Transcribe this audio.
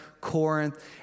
Corinth